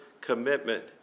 commitment